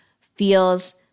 feels